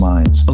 Minds